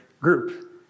group